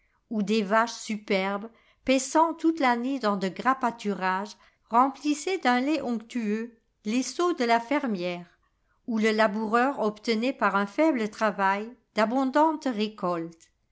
où des vaches superbes paissant toute l'année dans de gras pâturages remplissaient d'un lait onctueux les seaux de la fermière où le laboureur obtenait par un faible travail d'abondantes récoltes